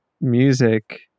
music